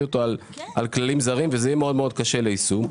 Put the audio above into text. אותו על כללים זרים וזה יהיה מאוד מאוד קשה ליישום.